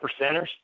percenters